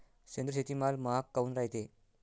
सेंद्रिय शेतीमाल महाग काऊन रायते?